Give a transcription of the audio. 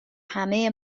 همه